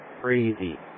crazy